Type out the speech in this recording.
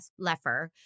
Leffer